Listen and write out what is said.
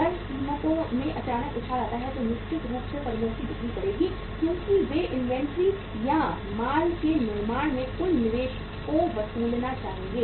अगर कीमतों में अचानक उछाल आता है तो निश्चित रूप से फर्मों की बिक्री बढ़ेगी क्योंकि वे इनवेंट्री या माल के निर्माण में कुल निवेश को वसूलना चाहेंगे